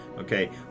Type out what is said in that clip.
Okay